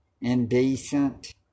indecent